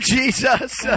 Jesus